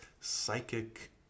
psychic